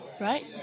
Right